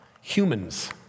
humans